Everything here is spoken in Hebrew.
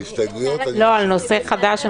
הם צריכים על נושא חדש.